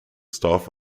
staff